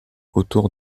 autour